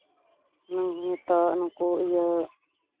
ᱱᱤᱛᱚᱜ ᱱᱩᱠᱩ ᱤᱭᱟᱹ